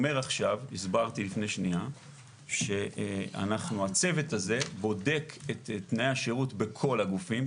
הסברתי לפני שנייה שהצוות הזה בודק תנאי השירות בכל הגופים,